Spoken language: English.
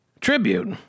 tribute